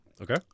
Okay